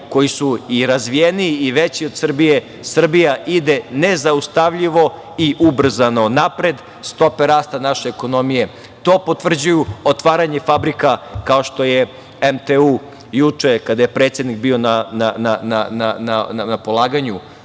koji su i razvijeniji i veći od Srbije, Srbija ide nezaustavljivo i ubrzano napred. Stope rasta naše ekonomije to potvrđuju. Otvaranje fabrika, kao što je MTU juče, kada je predsednik bio na polaganju